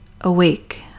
Awake